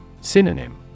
Synonym